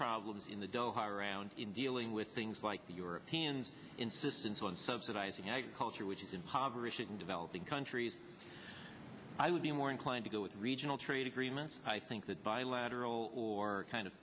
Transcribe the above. problems in the day around in dealing with things like the europeans insistence on subsidizing agriculture which is impoverishing developing countries i would be more inclined to go with regional trade agreements i think that bilateral or kind of